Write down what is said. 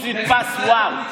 15 מיליארד.